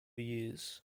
years